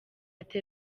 ati